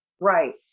Right